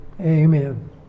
Amen